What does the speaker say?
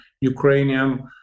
Ukrainian